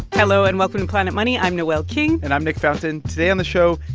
hello, and welcome to planet money. i'm noel king and i'm nick fountain. today on the show,